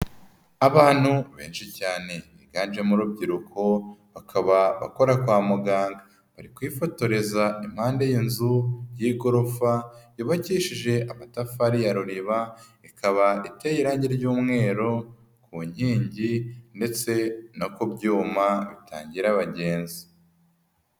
Abantu benshi cyane, biganje mu rubyirukoba, bakora kwa muganga, bari kwifotoreza impande y'inzu y'igorofa yubakishije amatafari ya rureba, ikaba iteye irangi ry'umweru ku nkingi ndetse no k byuma, bitangira abagenzi.